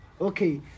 Okay